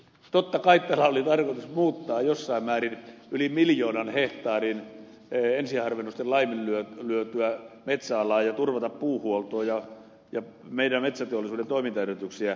totta kai tällä oli tarkoitus muuttaa jossain määrin yli miljoonan hehtaarin ensiharvennusten laiminlyötyä metsäalaa ja turvata puuhuoltoa ja meidän metsäteollisuuden toimintaedellytyksiä